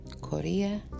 Korea